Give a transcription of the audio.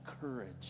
courage